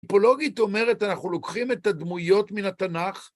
היפולוגית אומרת, אנחנו לוקחים את הדמויות מן התנך